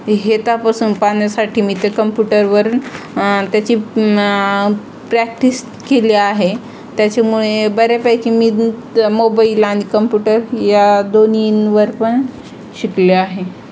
हे तपासून पाहण्यासाठी मी ते कम्प्युटरवर त्याची प्रॅक्टिस केली आहे त्याच्यामुळे बऱ्यापैकी मी मोबाईल आणि कम्प्युटर या दोन्हीवर पण शिकले आहे